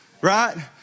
right